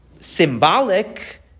symbolic